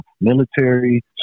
military